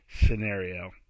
scenario